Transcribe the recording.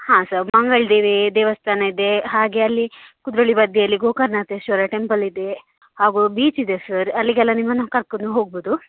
ಹಾಂ ಸರ್ ಮಂಗಳಾದೇವಿ ದೇವಸ್ಥಾನ ಇದೆ ಹಾಗೇ ಅಲ್ಲಿ ಕುದ್ರೋಳಿ ಬದಿಯಲ್ಲಿ ಗೋಕರ್ಣನಾಥೇಶ್ವರ ಟೆಂಪಲ್ ಇದೆ ಹಾಗೂ ಬೀಚ್ ಇದೆ ಸರ್ ಅಲ್ಲಿಗೆಲ್ಲ ನಿಮ್ಮನ್ನು ಕರ್ಕೊಂಡು ಹೋಗ್ಬೋದು